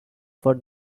for